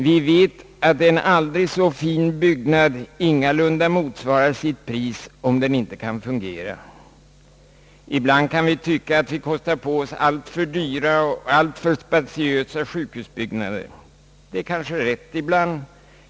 Vi vet att en aldrig så fin byggnad ingalunda motsvarar sitt pris om den inte kan fungera. Ibland kan vi tycka att vi kostar på oss alltför dyrbara och alltför spatiösa sjukhusbyggnader — och det är kanske rätt ibland.